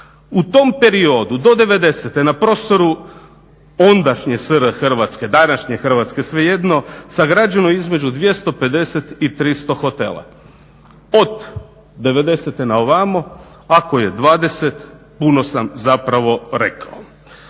U tom periodu do 90-te na prostoru ondašnje SFR Hrvatske, današnje Hrvatske svejedno sagrađeno između 250 i 300 hotela. Od 90-te na ovamo ako je 20 puno sam zapravo rekao.